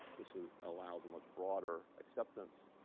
this ah allows a much broader acceptance.